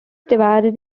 divided